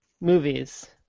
Movies